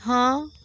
ହଁ